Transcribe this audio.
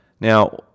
Now